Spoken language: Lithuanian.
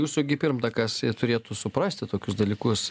jūsų gi pirmtakas turėtų suprasti tokius dalykus